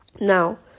Now